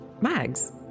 Mags